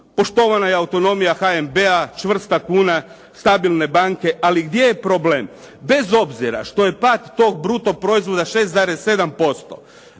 poštovana je autonomija HNB-a, čvrsta kuna, stabilne banke. Ali gdje je problem. Bez obzira što je pad tog bruto proizvoda 6,7%